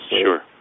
Sure